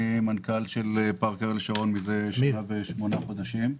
אני מנכ"ל של פארק אריאל שרון מזה שנה ושמונה חודשים.